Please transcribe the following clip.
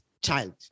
child